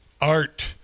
Art